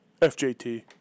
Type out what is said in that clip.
FJT